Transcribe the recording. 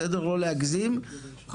בסוגיות של תוכניות רווחה,